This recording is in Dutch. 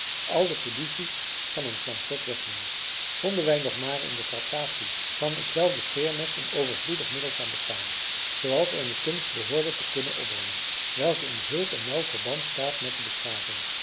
al de fiducie van ons lancet wegneemt vonden wij nog maar in de tractatie van hetzelve scheermes een overvloedig middel van bestaan zooals eene kunst behoorde te kunnen opbrengen welke in zulk een nauw verband staat met de beschaving